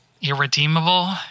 irredeemable